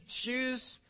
shoes